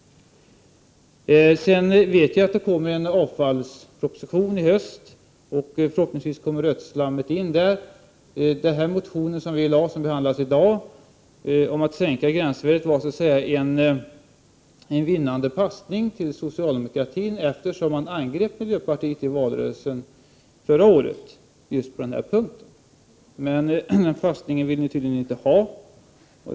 Sedan vet jag att det kommer en avfallsproposition i höst, och förhoppningsvis kommer rötslammet in där. Vår motion, som behandlas i dag, om att sänka gränsvärdet var så att säga en vinnande passning till socialdemokratin, eftersom man angrep miljöpartiet i valrörelsen förra året just på den punkten. Den passningen vill ni tydligen inte ha.